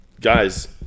Guys